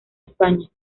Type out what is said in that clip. españa